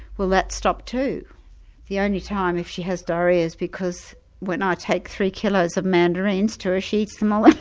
well that stopped too the only time if she has diarrhoea is because when i take three kilos of mandarins to her she eats them all like